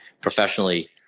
professionally